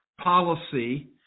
policy